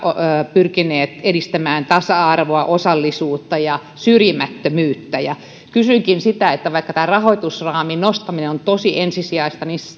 pyrkineet edistämään tasa arvoa osallisuutta ja syrjimättömyyttä kysynkin vaikka tämä rahoitusraamin nostaminen on tosi ensisijaista niin